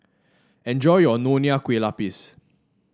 enjoy your Nonya Kueh Lapis